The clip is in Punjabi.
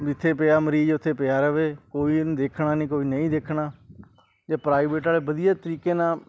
ਜਿੱਥੇ ਪਿਆ ਮਰੀਜ਼ ਉੱਥੇ ਪਿਆ ਰਹੇ ਕੋਈ ਇਹਨੂੰ ਦੇਖਣਾ ਨਹੀਂ ਕੋਈ ਨਹੀਂ ਦੇਖਣਾ ਜੇ ਪ੍ਰਾਈਵੇਟ ਵਾਲੇ ਵਧੀਆ ਤਰੀਕੇ ਨਾਲ